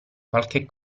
qualche